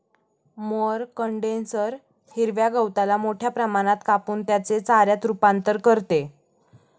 mower condenser हिरव्या गवताला मोठ्या प्रमाणात कापून त्याचे चाऱ्यात रूपांतर करते